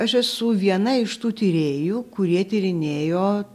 aš esu viena iš tų tyrėjų kurie tyrinėjo